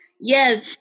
Yes